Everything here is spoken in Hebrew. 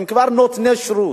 הם כבר נותני שירות.